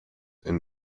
and